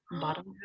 bottom